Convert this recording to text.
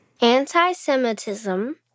Anti-Semitism